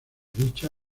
dicha